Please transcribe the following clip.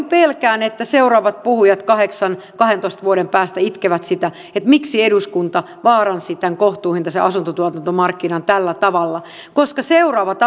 pelkään että seuraavat puhujat kahdeksan viiva kahdentoista vuoden päästä itkevät sitä miksi eduskunta vaaransi tämän kohtuuhintaisen asuntotuotantomarkkinan tällä tavalla koska seuraavat